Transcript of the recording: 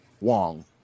Wong